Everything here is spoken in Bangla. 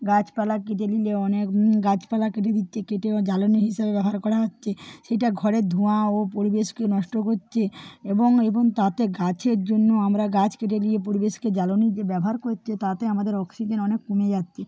গাছপালা কেটে দিলে অনেক গাছপালা কেটে দিচ্ছে কেটে জ্বালানি হিসাবে ব্যবহার করা হচ্ছে সেটা ঘরের ধোঁয়া ও পরিবেশকে নষ্ট করছে এবং এবং তাতে গাছের জন্য আমরা গাছ কেটে নিয়ে পরিবেশকে জ্বালানি যে ব্যবহার করছে তাতে আমাদের অক্সিজেন অনেক কমে যাচ্ছে